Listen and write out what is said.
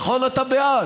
נכון אתה בעד?